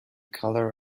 color